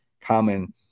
common